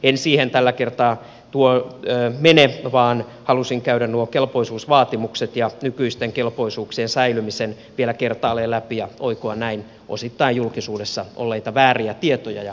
en siihen tällä kertaa mene vaan halusin käydä nuo kelpoisuusvaatimukset ja nykyisten kelpoisuuksien säilymisen vielä kertaalleen läpi ja oikoa näin osittain julkisuudessa olleita vääriä tietoja